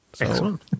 Excellent